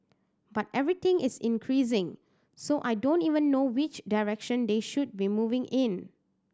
but everything is increasing so I don't even know which direction they should be moving in